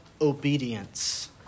obedience